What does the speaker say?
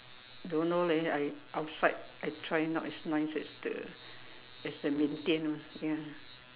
don't know leh I outside I try not as nice as the as the Beng-Thin one ya